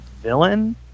villain